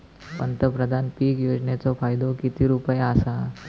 पंतप्रधान पीक योजनेचो फायदो किती रुपये आसा?